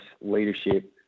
leadership